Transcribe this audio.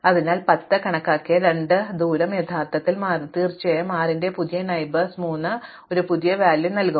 അതിനാൽ ഇതിനകം 10 കണക്കാക്കിയ രണ്ട് ദൂരം യഥാർത്ഥത്തിൽ മാറും തീർച്ചയായും 6 ന്റെ 6 പുതിയ അയൽക്കാർ ഉള്ളതിനാൽ ഇപ്പോൾ 3 ന് ഒരു പുതിയ മൂല്യം നൽകും